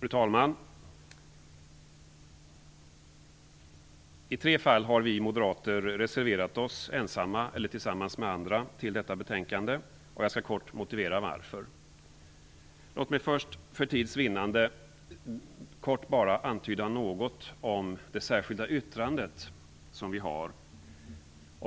Fru talman! I tre fall har vi moderater reserverat oss ensamma eller tillsammans med andra till detta betänkande. Jag skall kort motivera varför. Låt mig först för tids vinnande kort antyda något om det särskilda yttrande vi har,